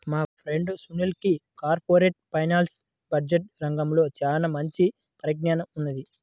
మా ఫ్రెండు సునీల్కి corporate finance, budget రంగాల్లో చానా మంచి పరిజ్ఞానం ఉన్నది